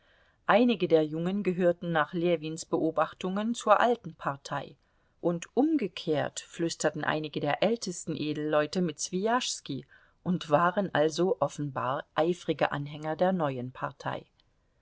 einige der jungen gehörten nach ljewins beobachtungen zur alten partei und umgekehrt flüsterten einige der ältesten edelleute mit swijaschski und waren also offenbar eifrige anhänger der neuen partei